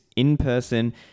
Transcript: in-person